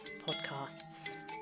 podcasts